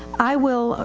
i will,